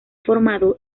formado